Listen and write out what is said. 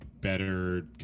better